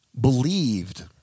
believed